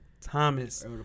Thomas